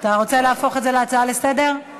אתה רוצה להפוך את זה להצעה לסדר-היום?